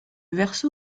verso